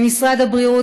ממשרד הבריאות,